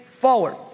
forward